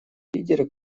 лидеры